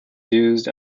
used